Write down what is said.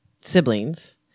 siblings